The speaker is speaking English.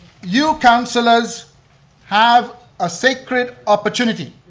you councilors have a sacred opportunity.